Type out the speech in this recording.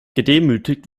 gedemütigt